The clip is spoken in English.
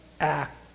act